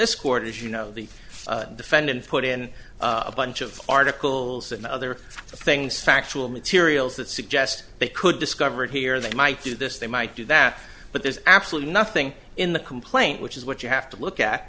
this court as you know the defendant put in a bunch of articles and other things factual materials that suggest they could discover here they might do this they might do that but there's absolutely nothing in the complaint which is what you have to look at